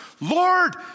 Lord